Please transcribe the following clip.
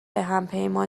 همپیمان